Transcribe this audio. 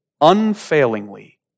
unfailingly